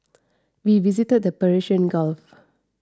we visited the Persian Gulf